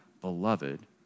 beloved